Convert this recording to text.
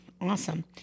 awesome